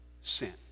sin